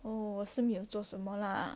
oh 我是没有做什么啦